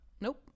Nope